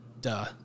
duh